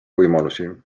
võimalusi